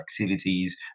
activities